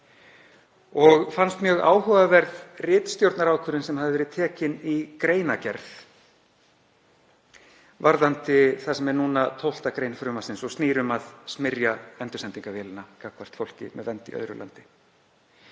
Mér fannst mjög áhugaverð ritstjórnarákvörðun sem hafði verið tekin í greinargerð varðandi það sem er núna 12. gr. frumvarpsins og snýst um að smyrja endursendingarvélina gagnvart fólki með vernd í öðru landi.